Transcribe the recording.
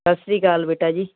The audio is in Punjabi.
ਸਤਿ ਸ਼੍ਰੀ ਅਕਾਲ ਬੇਟਾ ਜੀ